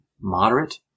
moderate